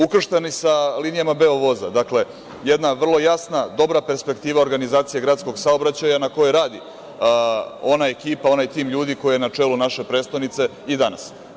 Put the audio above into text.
Ukrštani sa linijama Beovoza, jedna vrlo jasna dobra perspektiva organizacije gradskog saobraćaja na koji radi, onda ekipa, onaj tim ljudi koji je na čelu naše prestonice i danas.